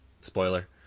Spoiler